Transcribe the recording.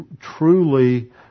truly